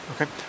Okay